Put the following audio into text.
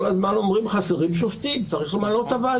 שכל ביקורת אובייקטיבית צריכה להיות על ידי המוסד השיפוטי,